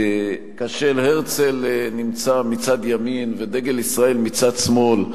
כאשר הרצל נמצא מצד ימין ודגל ישראל מצד שמאל,